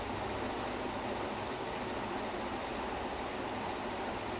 and I'm I'm not watched it yet but apparently it's a completely